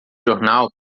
jornal